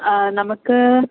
നമുക്ക്